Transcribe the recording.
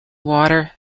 water